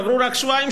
עברו רק שבועיים,